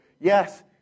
yes